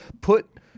Put